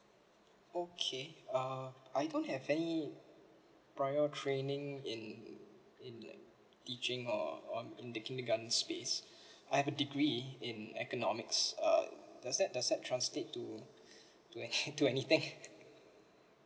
okay uh I don't have any prior training in in teaching or on in the kindergarten space I've a degree in economics uh does that does that translates to to an to anything